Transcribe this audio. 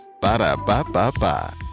Ba-da-ba-ba-ba